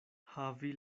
havi